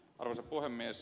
arvoisa puhemies